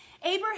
Abraham